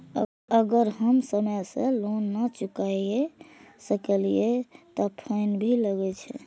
अगर हम समय से लोन ना चुकाए सकलिए ते फैन भी लगे छै?